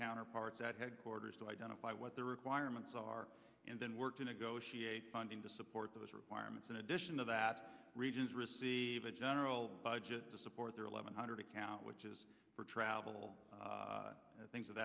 counterparts at headquarters to identify what their requirements are and then work to negotiate funding to support those requirements in addition to that regions receive a general budget to support their eleven hundred account which is for travel things of